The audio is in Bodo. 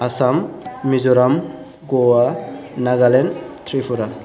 आसाम मिज'राम ग'वा नागालेण्ड त्रिपुरा